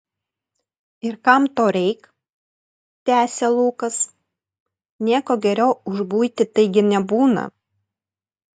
ir kam to reik tęsė lukas nieko geriau už buitį taigi nebūna